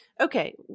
Okay